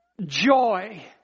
joy